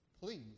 Please